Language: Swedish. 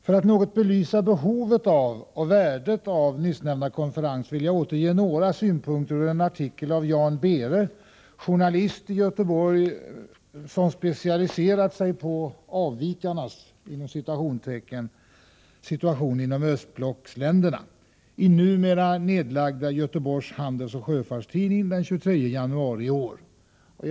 För att något belysa behovet och värdet av den nyssnämnda konferensen vill jag återge några synpunkter i en artikel av den göteborgske journalisten Jan Behre, som specialiserat sig på ”avvikarnas” situation i östblocksländerna. Artikeln är daterad den 23 januari i år och återfinns i den nu nedlagda Göteborgs Handelsoch Sjöfarts-Tidning.